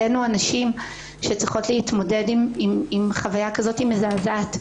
עלינו הנשים שצריכות להתמודד עם חוויה כזאת מזעזעת.